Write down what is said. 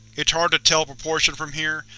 it's hard to tell proportion from here,